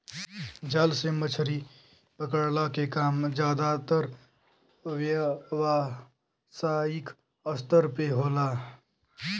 जाल से मछरी पकड़ला के काम जादातर व्यावसायिक स्तर पे होला